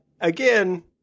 Again